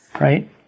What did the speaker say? right